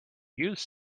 use